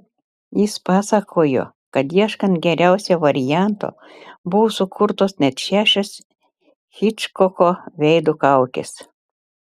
jis pasakojo kad ieškant geriausio varianto buvo sukurtos net šešios hičkoko veido kaukės